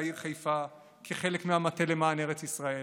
העיר חיפה כחלק מהמטה למען ארץ ישראל,